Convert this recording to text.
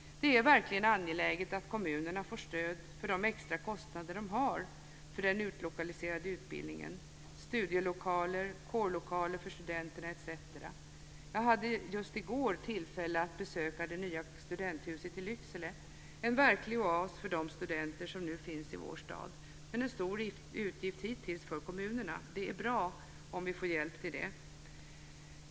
Det är verkligen angeläget att kommunerna får stöd för de extra kostnader som de har för den utlokaliserade utbildningen: för studielokaler, kårlokaler för studenterna etc. Jag hade i går tillfälle att besöka det nya studenthuset i Lycksele, en verklig oas för de studenter som nu finns i vår stad, men det innebär en stor utgift för kommunen. Det är bra om vi får hjälp till detta.